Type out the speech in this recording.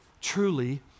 truly